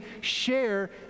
share